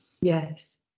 Yes